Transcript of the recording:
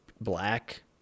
black